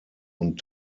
und